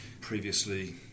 Previously